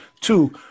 Two